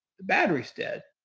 the battery's dead.